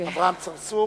אברהים צרצור